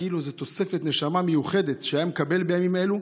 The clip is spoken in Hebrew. כאילו זו תוספת נשמה מיוחדת שהוא היה מקבל בימים אלו,